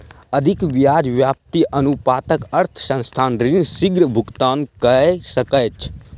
अधिक ब्याज व्याप्ति अनुपातक अर्थ संस्थान ऋण शीग्र भुगतान कय सकैछ